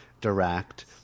direct